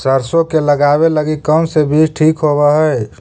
सरसों लगावे लगी कौन से बीज ठीक होव हई?